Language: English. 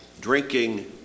Drinking